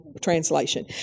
translation